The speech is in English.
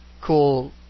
cool